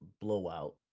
blowout